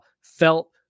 felt